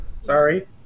Sorry